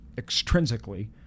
extrinsically